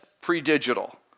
pre-digital